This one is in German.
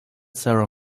sarah